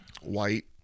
White